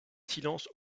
silence